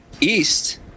east